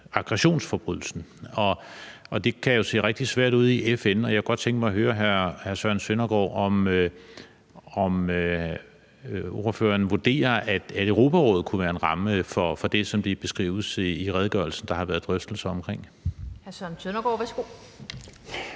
aggressionsforbrydelsen. Det kan jo se rigtig svært ud i FN, så jeg kunne godt tænke mig at høre hr. Søren Søndergaard, om han vurderer, at Europarådet kunne være en ramme for det, som det beskrives i redegørelsen at der har været drøftelser om.